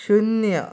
शुन्य